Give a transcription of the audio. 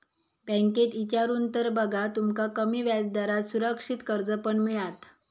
बँकेत इचारून तर बघा, तुमका कमी व्याजदरात सुरक्षित कर्ज पण मिळात